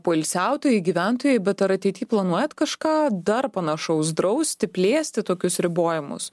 poilsiautojai gyventojai bet ar ateity planuojat kažką dar panašaus drausti plėsti tokius ribojimus